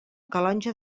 calonge